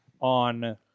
on